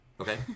Okay